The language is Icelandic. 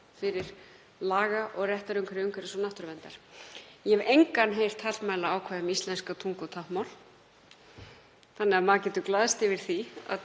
fyrir laga- og réttarumhverfi umhverfis- og náttúruverndar. Ég hef engan heyrt hallmæla ákvæði um íslenska tungu og táknmál, þannig að maður getur glaðst yfir því